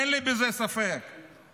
אין לי ספק בזה.